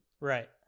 Right